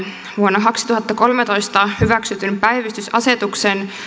vuonna kaksituhattakolmetoista hyväksytyn päivystysasetuksen